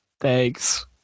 thanks